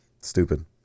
stupid